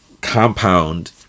compound